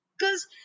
cause